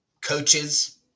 coaches